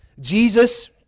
Jesus